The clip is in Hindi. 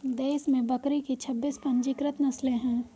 देश में बकरी की छब्बीस पंजीकृत नस्लें हैं